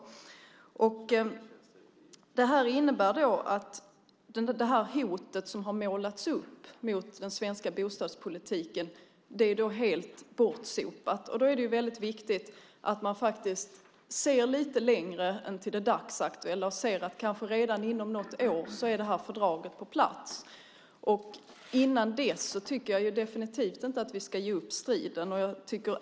Det innebär att det hot som målats upp mot den svenska bostadspolitiken är helt bortsopat. Det är väldigt viktigt att man ser lite längre än till det dagsaktuella. Redan inom kanske något år är fördraget på plats. Innan dess tycker jag definitivt inte att vi ska ge upp striden.